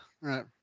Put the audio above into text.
right